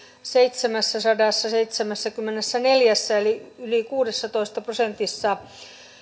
seitsemässäsadassaseitsemässäkymmenessäneljässä eli yli kuudessatoista prosentissa